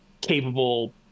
capable